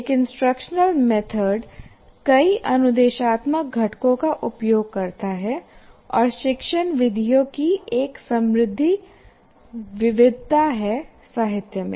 एक instructional method कई अनुदेशात्मक घटकों का उपयोग करता है और शिक्षण विधियों की एक समृद्ध विविधता है साहित्य में